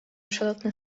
przelotne